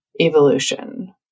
evolution